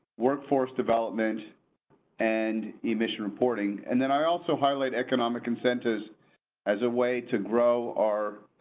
workforce development and emission reporting and then i also highlight economic incentives as a way to grow our.